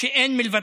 שאין מלבדך.